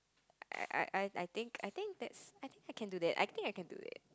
I I I think I think that's I think I can do that I think I can do it